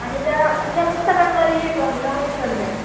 आणि त्या त्या पुस्तकांवर हे पण नवनीत पण द्या